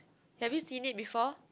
have you seen it before